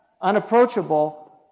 unapproachable